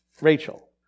Rachel